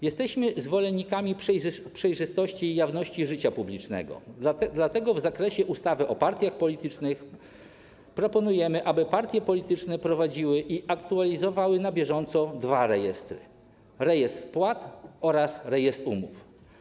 Jesteśmy zwolennikami przejrzystości i jawności życia publicznego, dlatego w zakresie ustawy o partiach politycznych proponujemy, aby partie polityczne prowadziły i aktualizowały na bieżąco dwa rejestry: rejestr spłat oraz rejestr umów.